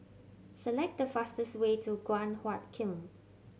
select the fastest way to Guan Huat Kiln